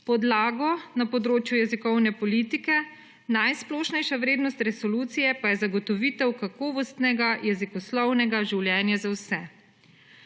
podlagi na področju jezikovne politike najsplošnejša vrednost resolucije pa je zagotovitev kakovostnega jezikoslovnega življenja za vse.